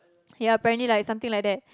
ya apparently like something like that